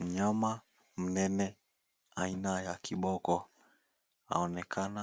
Mnyama mnene aina ya kiboko aonekana